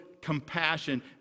compassion